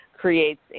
creates